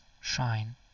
shine